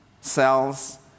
cells